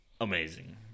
Amazing